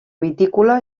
vitícola